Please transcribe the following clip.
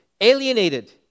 alienated